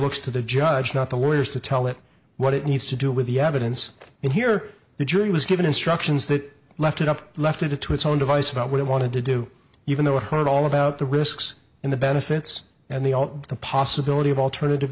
looks to the judge not the lawyers to tell it what it needs to do with the evidence and here the jury was given instructions that left it up left it to its own device about what it wanted to do even though it heard all about the risks in the benefits and the possibility of alternative